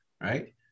right